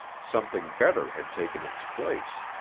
something better had taken its place.